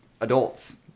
adults